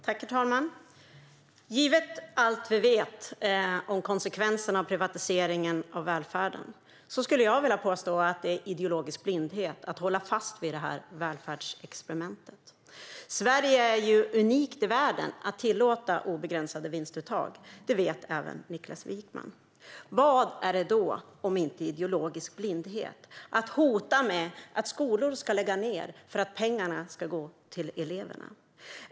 Herr talman! Givet allt vi vet om konsekvenserna av privatiseringen av välfärden skulle jag vilja påstå att det är ideologisk blindhet att hålla fast vid detta välfärdsexperiment. Sverige är unikt i världen om att tillåta obegränsade vinstuttag; det vet även Niklas Wykman. Vad är det då om inte ideologisk blindhet att hota med att skolor ska lägga ned för att pengarna ska gå till eleverna?